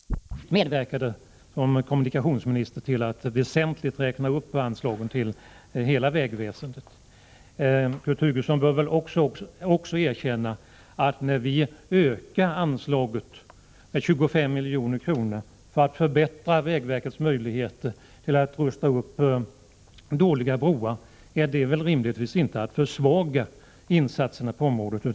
Herr talman! Kurt Hugosson bör ge en rättvis bild av centerns inställning till väganslagen. Han känner säkert till att Claes Elmstedt aktivt medverkade till som kommunikationsminister att väsentligt räkna upp anslagen till hela vägväsendet. Kurt Hugosson bör väl också erkänna att när vi ökar anslaget med 25 milj.kr. för att förbättra vägverkets möjligheter att rusta upp dåliga broar, kan detta rimligtvis inte vara att försvaga insatserna på området.